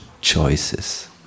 choices